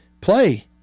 Play